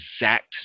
exact